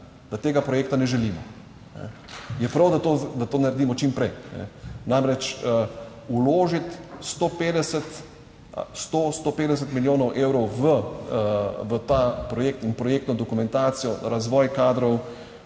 da tega projekta ne želimo, je prav, da to naredimo čim prej. Namreč, vložiti 100, 150 milijonov evrov v ta projekt in projektno dokumentacijo, razvoj kadrov,